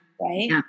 Right